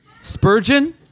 Spurgeon